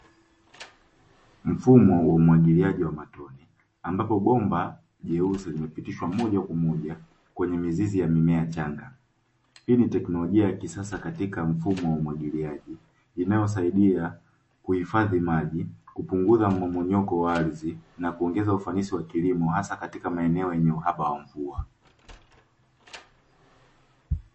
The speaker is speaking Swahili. Mfumo wa umwagiliaji wa matone ambapo bomba jeusi limepitishwa moja kwa moja kwenye mizizi ya mimea changa, hii ni teknolojia ya kisasa katika mfumo wa umwagiliaji inayosaidia; kuhifadhi maji, kupunguza mmomonyoko wa ardhi na kuongeza ufanisi wa kilimo hasa katika maeneo yenye uhaba wa mvua.